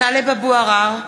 (קוראת בשמות חברי הכנסת) טלב אבו עראר,